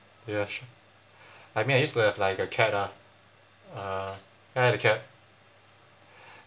ya su~ I mean I used to have like a cat ah uh I had a cat